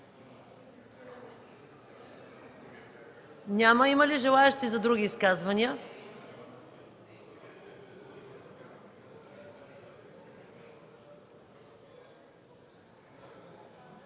Няма. Има ли желаещи за други изказвания?